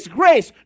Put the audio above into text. grace